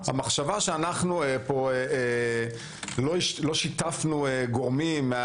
המחשבה שאנחנו לא שיתפנו גורמים מן